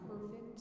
perfect